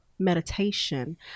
meditation